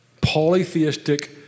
polytheistic